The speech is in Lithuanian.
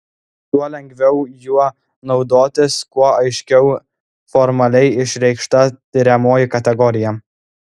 tuo lengviau juo naudotis kuo aiškiau formaliai išreikšta tiriamoji kategorija